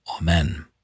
Amen